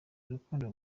urukundo